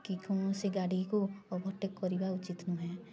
କି କୌଣସି ଗାଡ଼ିକୁ ଓଭରଟେକ୍ କରିବା ଉଚିତ୍ ନୁହେଁ